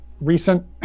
recent